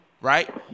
Right